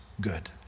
good